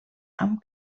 amb